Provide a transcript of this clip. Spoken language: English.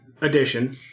Edition